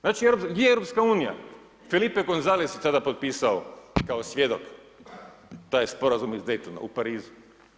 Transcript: Znači, gdje je EU, Felipe Gonzales je tada potpisao kao svjedok taj Sporazum iz Daytona u Parizu.